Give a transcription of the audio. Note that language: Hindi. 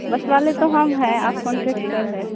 बसवाले तो हम हैं आप कण्डक्टर हैं